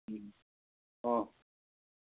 অঁ